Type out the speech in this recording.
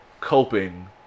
coping